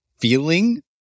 feeling